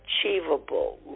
achievable